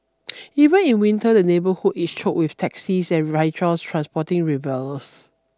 even in winter the neighbourhood is choked with taxis and rickshaws transporting revellers